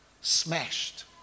smashed